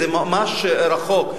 זה ממש רחוק,